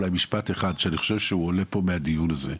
אולי משפט אחד שאני חושב שעולה פה מהדיון הזה.